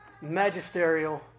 magisterial